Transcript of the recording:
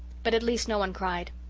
but at least no one cried.